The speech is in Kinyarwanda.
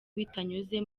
bitanyuze